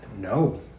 no